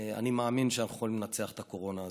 אני מאמין שאנחנו יכולים לנצח את הקורונה הזאת.